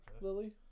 Lily